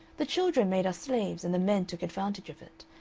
the children made us slaves, and the men took advantage of it.